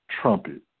trumpet